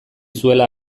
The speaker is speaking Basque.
zuela